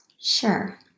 Sure